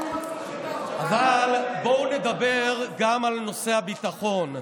אבל בואו נדבר גם על נושא הביטחון.